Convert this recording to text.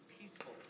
peaceful